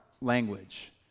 language